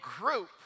group